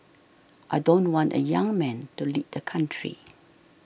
I don't want a young man to lead the country